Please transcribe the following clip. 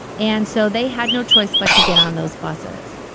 and so they had no choice but to get on those buses.